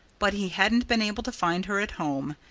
but he hadn't been able to find her at home.